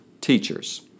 Teachers